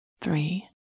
three